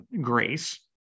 grace